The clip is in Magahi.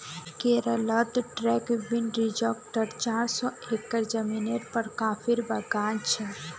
केरलत ट्रैंक्विल रिज़ॉर्टत चार सौ एकड़ ज़मीनेर पर कॉफीर बागान छ